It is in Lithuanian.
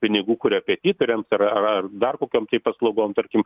pinigų korepetitoriams ar ar dar kokiom paslaugom tarkim